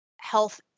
health